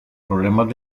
problemas